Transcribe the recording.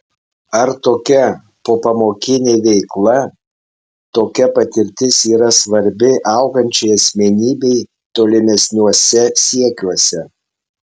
ar tokia popamokinė veikla tokia patirtis yra svarbi augančiai asmenybei tolimesniuose siekiuose